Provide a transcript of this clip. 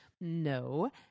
no